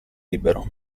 libero